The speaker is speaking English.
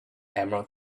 emerald